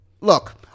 Look